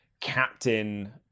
Captain